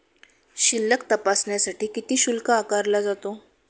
शिल्लक तपासण्यासाठी किती शुल्क आकारला जातो?